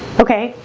okay,